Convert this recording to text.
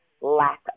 lack